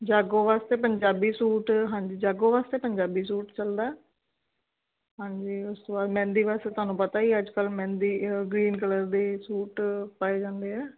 ਜਾਗੋ ਵਾਸਤੇ ਪੰਜਾਬੀ ਸੂਟ ਹਾਂਜੀ ਜਾਗੋ ਵਾਸਤੇ ਪੰਜਾਬੀ ਸੂਟ ਚੱਲਦਾ ਹੈ ਹਾਂਜੀ ਉਸ ਤੋਂ ਬਾਅਦ ਮਹਿੰਦੀ ਵਾਸਤੇ ਤੁਹਾਨੂੰ ਪਤਾ ਹੀ ਹੈ ਅੱਜ ਕੱਲ੍ਹ ਮਹਿੰਦੀ ਗ੍ਰੀਨ ਕਲਰ ਦੇ ਸੂਟ ਪਾਏ ਜਾਂਦੇ ਹੈ